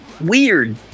weird